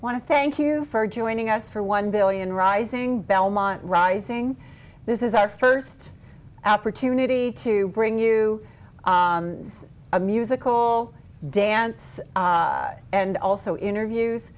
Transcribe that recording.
to thank you for joining us for one billion rising belmont rising this is our first opportunity to bring you a musical dance and also interviews